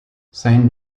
saint